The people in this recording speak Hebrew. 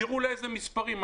תראו לאיזה מספרים מגיעים.